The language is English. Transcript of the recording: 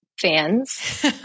fans